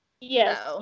Yes